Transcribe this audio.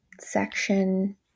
section